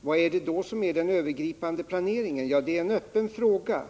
Vad är det då som är den övergripande planeringen? Ja, det är en öppen fråga.